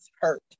hurt